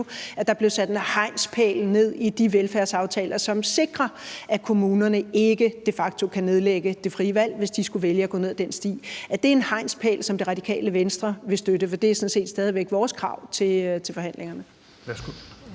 at der blev sat en hegnspæl ned i de velfærdsaftaler, som sikrer, at kommunerne ikke de facto kan nedlægge det frie valg, hvis de skulle vælge at gå ned ad den sti. Er det en hegnspæl, som Radikale Venstre vil støtte? For det er sådan set stadig vores krav til forhandlingerne.